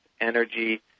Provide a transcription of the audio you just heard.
energy